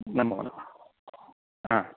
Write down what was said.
नमो नमः हा